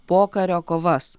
pokario kovas